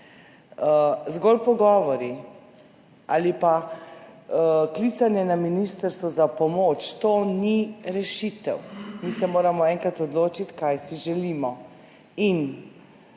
Zgolj pogovori ali pa klicanje na ministrstvo za pomoč – to ni rešitev. Mi se moramo enkrat odločiti, kaj si želimo,